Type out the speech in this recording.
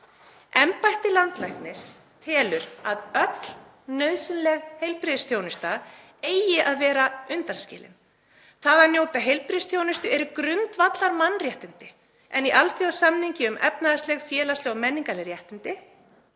Embætti landlæknis telur að öll nauðsynleg heilbrigðisþjónusta eigi að vera undanskilin. Það að njóta heilbrigðisþjónustu eru grundvallarmannréttindi en í Alþjóðasamningi um efnahagsleg, félagsleg og menningarleg réttindi